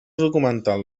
documental